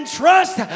trust